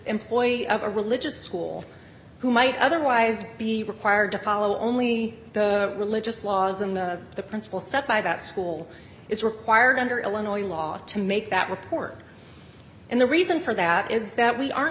employee of a religious school who might otherwise be required to follow only the religious laws and the principle set by that school is required under illinois law to make that report and the reason for that is that we aren't